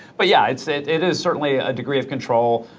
but yeah, i'd say it is certainly a degree of control,